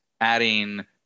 adding